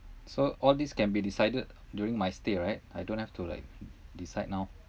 so all these can be decided during my stay right I don't have to like decide now